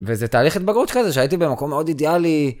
וזה תהליך התבגרות כזה, שהייתי במקום מאוד אידיאלי...